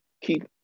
keep